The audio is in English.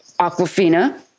Aquafina